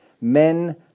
Men